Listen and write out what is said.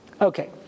okay